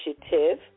initiative